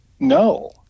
No